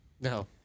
No